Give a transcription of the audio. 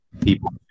people